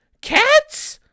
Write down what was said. cats